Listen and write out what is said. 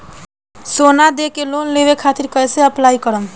सोना देके लोन लेवे खातिर कैसे अप्लाई करम?